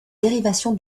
dérivation